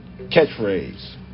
catchphrase